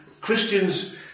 Christians